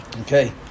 Okay